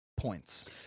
points